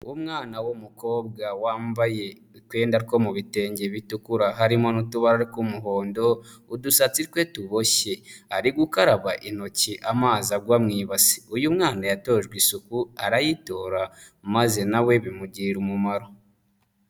Umwana w'umukobwa wambaye utwenda two mu bi bitenge bitukura harimo n'utubara tw'umuhondo, udusatsi twe tuboshye. Ari gukaraba intoki amazi agwa mu ibasi. Uyu mwana yatojwe isuku arayitora, maze nawe bimugirira umumaro.